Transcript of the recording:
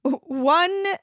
One